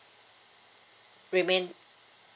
remain